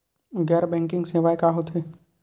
गैर बैंकिंग सेवाएं का होथे?